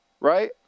right